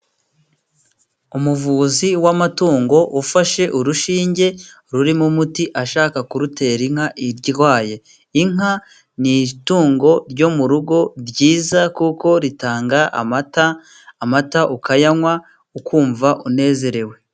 Umuvuzi w'amatungo ufashe urushinge rurimo umuti ashaka kurutera inka irwaye. Inka ni itungo ryo mu rugo ryiza, kuko ritanga amata, amata ukayanywa ukumva unezerewe.